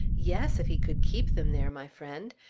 yes if he could keep them there, my friend.